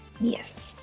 Yes